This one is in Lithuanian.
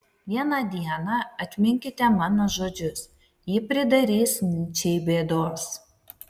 vieną dieną atminkite mano žodžius ji pridarys nyčei bėdos